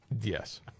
Yes